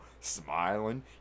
smiling